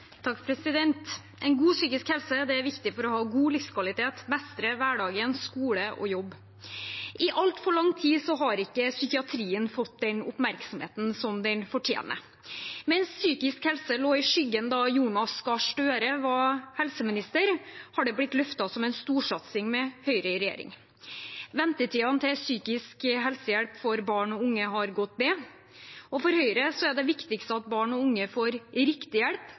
En god psykisk helse er viktig for å ha god livskvalitet, mestre hverdagen, skole og jobb. I altfor lang tid har ikke psykiatrien fått den oppmerksomheten som den fortjener. Mens psykisk helse lå i skyggen da Jonas Gahr Støre var helseminister, har det blitt løftet som en storsatsing med Høyre i regjering. Ventetidene til psykisk helse-hjelp for barn og unge har gått ned, og for Høyre er det viktigste at barn og unge får riktig hjelp